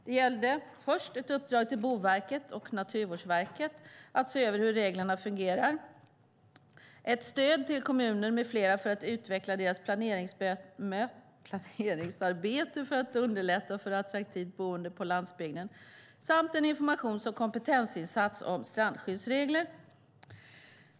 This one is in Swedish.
Det gällde ett uppdrag till Boverket och Naturvårdsverket att se över hur reglerna fungerar, ett stöd till kommuner med flera för att utveckla deras planeringsarbete för att underlätta för attraktivt boende på landsbygden samt en informations och kompetensinsats om strandskyddsreglerna.